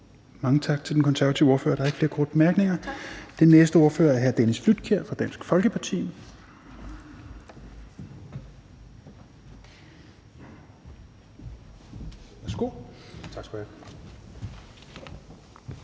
Mange tak til den konservative ordfører. Der er ikke flere korte bemærkninger. Den næste ordfører er hr. Dennis Flydtkjær fra Dansk Folkeparti. Værsgo. Kl.